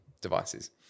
devices